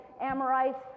Amorites